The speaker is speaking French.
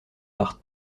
par